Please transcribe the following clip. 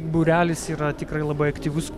būrelis yra tikrai labai aktyvus